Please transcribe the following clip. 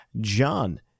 John